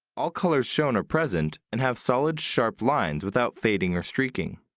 all colors shown are present and have solid sharp lines without fading or streaking.